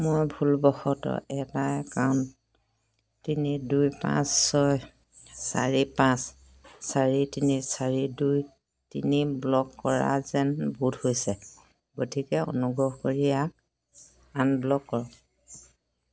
মই ভুলবশতঃ এটা একাউণ্ট তিনি দুই পাঁচ ছয় চাৰি পাঁচ চাৰি তিনি চাৰি দুই তিনি ব্লক কৰা যেন বোধ হৈছে গতিকে অনুগ্ৰহ কৰি ইয়াক আনব্লক কৰক